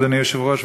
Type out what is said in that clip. אדוני היושב-ראש,